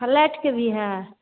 flat के भी है